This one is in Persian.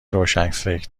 روشنفکر